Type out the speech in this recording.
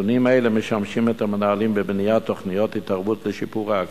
נתונים אלה משמשים את המנהלים בבניית תוכניות התערבות לשיפור האקלים.